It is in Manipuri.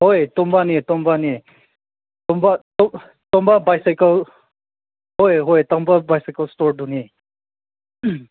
ꯍꯣꯏ ꯇꯣꯝꯕꯅꯤ ꯇꯣꯝꯕꯅꯤ ꯇꯣꯝꯕ ꯇꯣꯝꯕ ꯕꯥꯏꯁꯥꯏꯀꯜ ꯍꯣꯏ ꯍꯣꯏ ꯇꯣꯝꯕ ꯕꯥꯏꯁꯥꯏꯀꯜ ꯏꯁꯇꯣꯔꯗꯨꯅꯤ